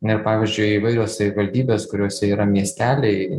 na ir pavyzdžiui įvairios savivaldybės kuriose yra miesteliai